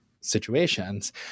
situations